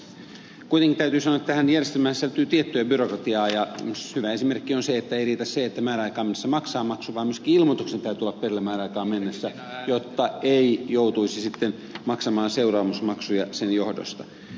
kuitenkin täytyy sanoa että tähän järjestelmään sisältyy tiettyä byrokratiaa ja hyvä esimerkki on se että ei riitä se että määräaikaan mennessä maksaa maksun vaan myöskin ilmoituksen täytyy olla perillä määräaikaan mennessä jotta ei joutuisi maksamaan seuraamusmaksuja sen johdosta